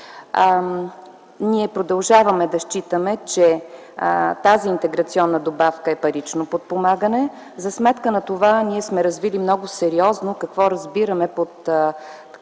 Ние продължаваме да считаме, че тази интеграционна добавка е парично подпомагане. За сметка на това ние сме развили много сериозно каква философия